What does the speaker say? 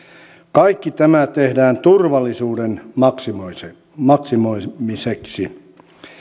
kaikki tämä tehdään turvallisuuden maksimoimiseksi maksimoimiseksi